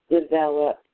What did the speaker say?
develop